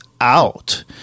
out